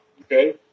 Okay